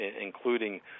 including